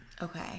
Okay